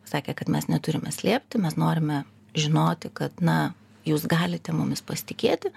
sakė kad mes neturime slėpti mes norime žinoti kad na jūs galite mumis pasitikėti